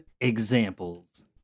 examples